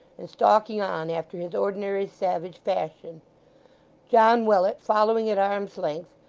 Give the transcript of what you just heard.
and stalking on after his ordinary savage fashion john willet following at arm's length,